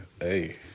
Hey